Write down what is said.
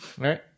Right